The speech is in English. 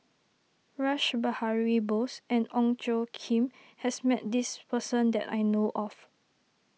Rash Behari Bose and Ong Tjoe Kim has met this person that I know of